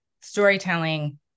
storytelling